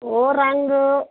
ਉਹ ਰੰਗ